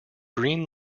green